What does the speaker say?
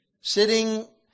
Sitting